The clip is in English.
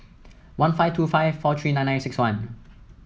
one five two five four three nine nine six one